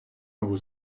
нову